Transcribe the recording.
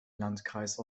landkreis